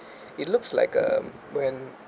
it looks like um when